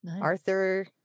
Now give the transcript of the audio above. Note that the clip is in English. Arthur